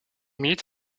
milite